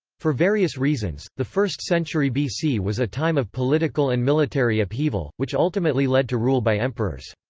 for various reasons, the first century bc was a time of political and military upheaval, which ultimately led to rule by emperors.